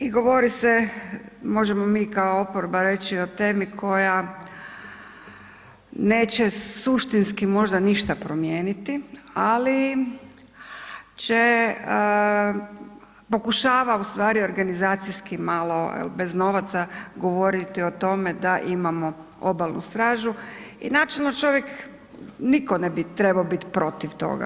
I govori se, možemo mi kao oporba reći o temi koja neće suštinski možda ništa promijeniti ali će pokušava ustvari organizacijski malo jel bez novaca govoriti o tome da imamo obalnu stražu i načelno čovjek nitko ne bi trebao biti protiv toga.